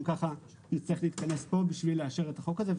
ככה נצטרך להתכנס פה בשביל לאשר את החוק הזה,